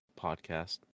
podcast